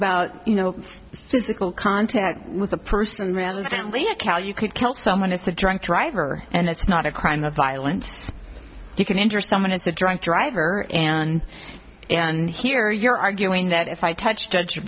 about you know physical contact with a person rather than you could kill someone it's a drunk driver and it's not a crime of violence you can injure someone as a drunk driver and and here you're arguing that if i touch judge